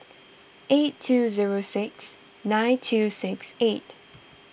eight two zero six nine two six eight